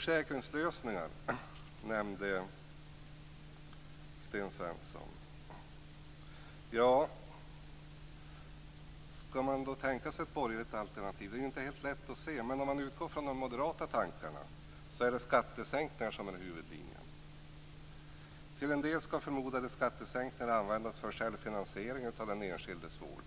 Sten Svensson nämnde försäkringslösningar. Om man utgår från det moderata alternativet är det skattesänkningar som är huvudlinjen. Till en del skall förmodade skattesänkningar användas för självfinansiering av den enskildes vård.